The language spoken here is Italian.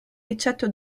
eccetto